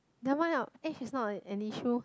never mind ah age is not a an issue